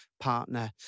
partner